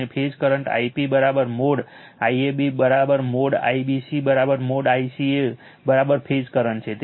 અને phase current Ip mode IAB mode IBC mode ICA phase current છે